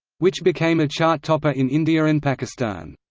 which became a chart-topper in india and pakistan.